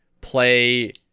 play